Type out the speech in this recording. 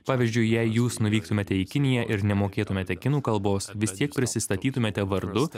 pavyzdžiui jei jūs nuvyktumėte į kiniją ir nemokėtumėte kinų kalbos vis tiek prisistatytumėte vardu